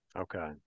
Okay